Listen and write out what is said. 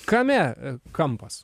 kame e kampas